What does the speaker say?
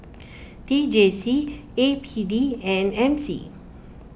T J C A P D and M C